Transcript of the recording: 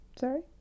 sorry